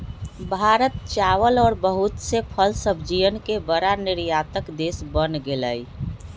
भारत चावल और बहुत से फल सब्जियन के बड़ा निर्यातक देश बन गेलय